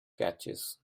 catches